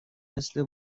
مثل